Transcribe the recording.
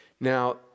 Now